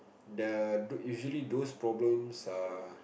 the du~ usually those problems are